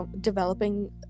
developing